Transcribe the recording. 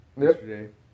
yesterday